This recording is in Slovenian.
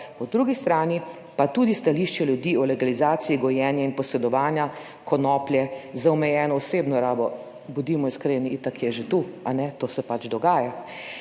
po drugi strani pa tudi stališče ljudi o legalizaciji gojenja in posedovanja konoplje za omejeno osebno rabo, bodimo iskreni, itak je že tu, to se pač dogaja.